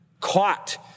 caught